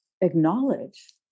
acknowledge